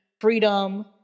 freedom